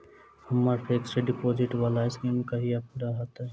हम्मर fixed deposit वला scheme कहिया पूरा हैत?